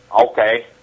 Okay